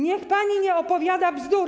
Niech pani nie opowiada bzdur.